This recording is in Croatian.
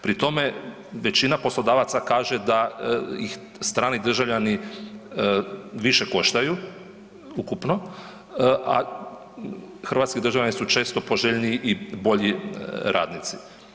Pri tome, većina poslodavaca kaže da ih strani državljani više koštaju ukupno, a hrvatski državljani su često poželjniji i bolji radnici.